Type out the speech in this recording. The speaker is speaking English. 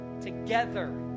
together